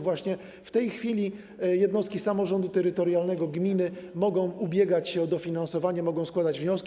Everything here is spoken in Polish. Właśnie w tej chwili jednostki samorządu terytorialnego, gminy mogą ubiegać się o dofinansowanie, mogą składać wnioski.